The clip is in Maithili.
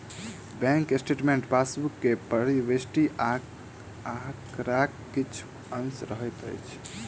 बैंक स्टेटमेंट पासबुक मे प्रविष्ट आंकड़ाक किछु अंश रहैत अछि